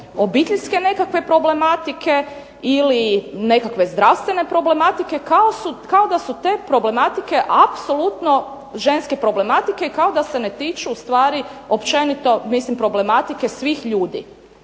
obiteljske nekakve problematike, nekakve zdravstvene problematike kao da su te problematike apsolutno ženske problematike, kao da se ne tiču problematike svih ljudi.